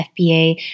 FBA